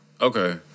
Okay